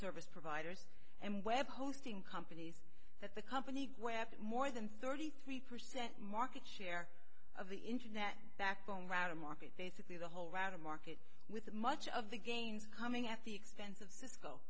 service providers and web hosting companies that the company where more than thirty three percent market share of the internet backbone router market basically the whole round of market with much of the gains coming at the expense